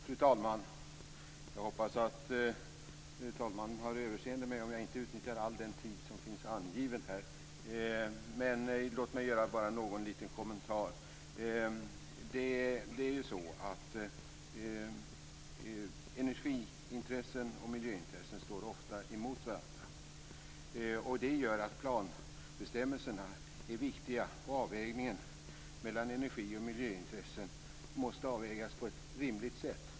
Fru talman! Jag hoppas att talmannen har överseende med att jag inte utnyttjar all den tid som finns angiven här. Låt mig bara göra någon liten kommentar. Det är ju så att energiintressen och miljöintressen ofta står emot varandra. Det gör att planbestämmelserna är viktiga. Avvägningen mellan energi och miljöintressen måste göras på ett rimligt sätt.